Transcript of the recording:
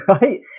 right